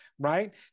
Right